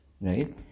Right